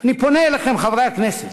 אני פונה אליכם, חברי הכנסת: